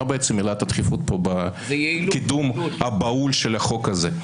עילת הדחיפות פה בקידום הבהול של החוק הזה.